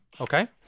Okay